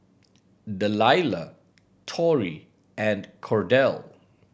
Delilah Tori and Cordell